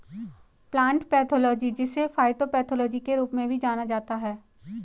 plant pathology जिसे phytopathology के रूप में भी जाना जाता है